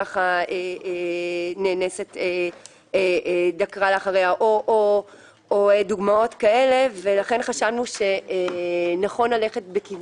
שבעקבותיהן הנאנסת דקרה לאחר האונס או דוגמאות כאלה ואחרות ולכן חשבנו שנכון